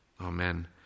Amen